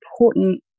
important